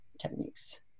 techniques